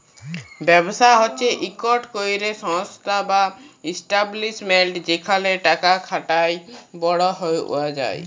ব্যবসা হছে ইকট ক্যরে সংস্থা বা ইস্টাব্লিশমেল্ট যেখালে টাকা খাটায় বড় হউয়া যায়